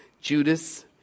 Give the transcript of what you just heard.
Judas